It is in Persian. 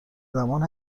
زمان